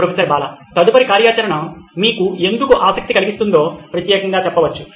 professor Bala తదుపరి కార్యాచరణ మీకు ఎందుకు ఆసక్తి కలిగిస్తుందో ప్రత్యేకంగా చెప్పవచ్చు